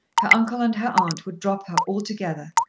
her uncle and her aunt would drop her altogether.